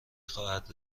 خواهد